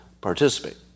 participate